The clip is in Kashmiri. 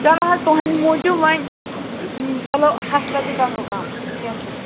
چلو حظ تُہٕنٛدۍ موٗجوٗب وۄنۍ چلو ہَتھ رۄپیہِ کرہو کَم کیٚنہہ چھُنہٕ